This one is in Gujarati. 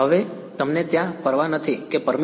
હવે તમને ત્યાં પરવા નથી કે પરમિટીવીટી 3 અથવા 3